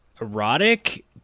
erotic